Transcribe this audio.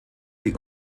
die